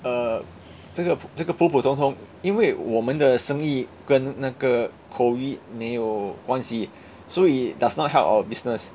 err 这个这个普普通通因为我们的生意跟那个 COVID 没有关系所以 does not help our business